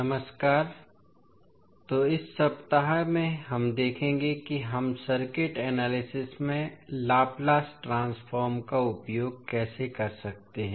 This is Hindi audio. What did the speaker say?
नमस्कार तो इस सप्ताह में हम देखेंगे कि हम सर्किट एनालिसिस में लाप्लास ट्रांसफॉर्म का उपयोग कैसे कर सकते हैं